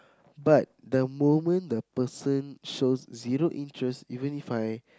but the moment the person shows zero interest even If I